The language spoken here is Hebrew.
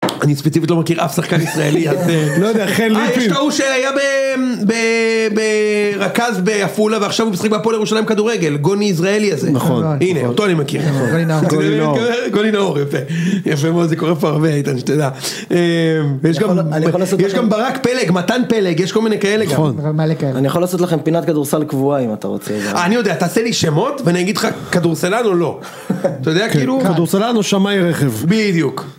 אני ספציפית לא מכיר אף שחקן ישראלי עד אה... אה, יש את ההוא הוא שהיה רכז בעפולה ועכשיו הוא משחק בהפועל ירושלים כדורגל, גוני יזראלי הזה, נכון, הנה אותו אני מכיר. גולי נאור, גולי נאור יפה, יפה מאוד זה קורה פה הרבה איתן שתדע. יש גם ברק פלג מתן פלג יש כל מיני כאלה גם. נכון, אני יכול לעשות לכם פינת כדורסל קבועה אם אתה רוצה. אני יודע, תעשה לי שמות ואני אגיד לך כדורסלן או לא, כדורסלן או שמאי רכב, בדיוק.